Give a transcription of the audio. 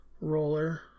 roller